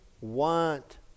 want